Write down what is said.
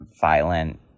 violent